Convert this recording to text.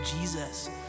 Jesus